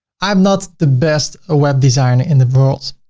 i'm not the best ah web designer in the world.